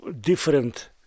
different